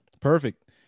Perfect